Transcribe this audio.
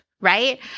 right